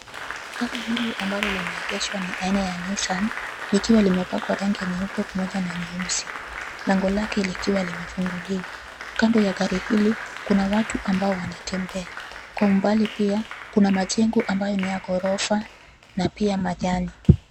Gari hili ambalo limeegeshwa ni aina ya nissan likiwa limepakwa rangi nyeupe pamoja na nyeusi, lango lake likiwa limefunguliwa. Kando ya gari hili kuna watu ambao wanatembea. Kwa umbali pia kuna majengo ambayo ni ya ghorofa na pia majani.